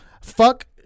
Fuck